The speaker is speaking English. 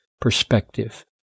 perspective